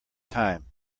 time